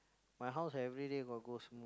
my house everyday got ghost movie